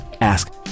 ask